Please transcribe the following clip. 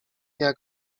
jak